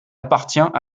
appartient